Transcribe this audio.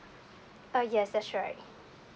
uh yes that's right